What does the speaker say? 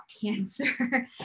cancer